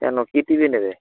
কেন কী TV নেবে